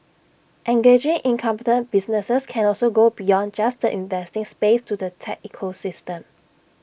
engaging incumbent businesses can also go beyond just the investing space to the tech ecosystem